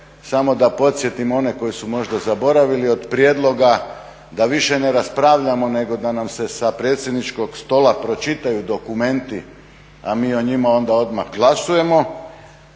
samo da podsjetim one koji su možda zaboravili od prijedloga da više ne raspravljamo nego da nam se sa predsjedničkog stola pročitaju dokumenti a mi o njima onda odmah glasujemo.